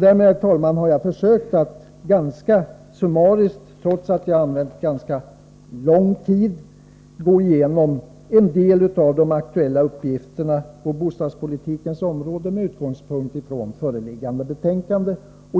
det anförda har jag, herr talman, försökt att ganska summariskt, trots att jag använt ganska lång tid, gå igenom en del av de aktuella uppgifterna på bostadspolitikens område med utgångspunkt i föreliggande betänkande.